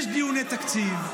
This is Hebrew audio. יש דיוני תקציב,